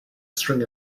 string